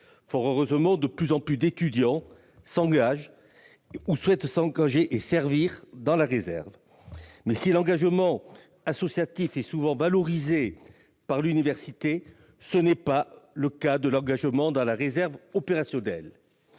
Fort heureusement, de plus en plus d'étudiants s'engagent ou souhaitent s'engager et servir dans la réserve. Mais si l'engagement associatif est souvent valorisé par l'université, ce n'est pas le cas de l'engagement dans la réserve opérationnelle.